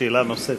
שאלה נוספת.